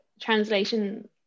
translation